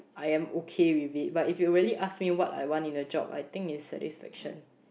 I am okay with you but if you really ask me what I want in the job I think is satisfaction